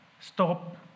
Stop